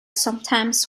sometimes